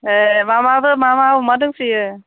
एह मा मा अमा दंसोयो